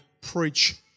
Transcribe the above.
preach